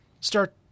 start